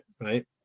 right